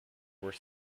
were